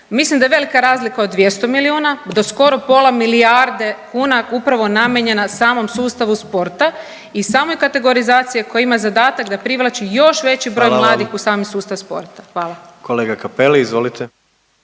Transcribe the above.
mislim da je velika razlika od 200 miliona do skoro pola milijarde kuna upravo namijenjena samom sustavu sporta i samoj kategorizaciji koja ima zadatak da privlači još veći broj mladih …/Upadica: Hvala vam./… u sami